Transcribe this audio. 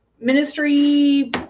ministry